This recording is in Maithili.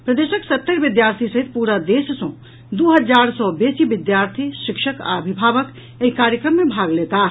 प्रदेशक सत्तरि विद्यार्थी सहित पूरा देश सँ दू हजार सऽ बेसी विद्यार्थी शिक्षक आ अभिभावक एहि कार्यक्रम मे भाग लेताह